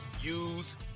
use